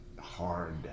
hard